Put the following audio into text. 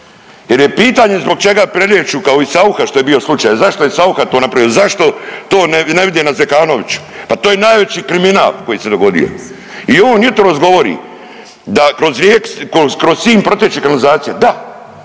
jer je pitanje zbog čega prelijeću kao i Saucha što je bio slučaj. Zašto je Saucha to napravio, zašto to ne vide na Zekanoviću? Pa to je najveći kriminal koji se dogodio. I on jutros govori da kroz Sinj protiče kanalizacija, da,